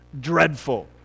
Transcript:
dreadful